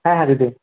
হ্যাঁ হ্যাঁ দিদি